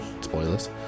spoilers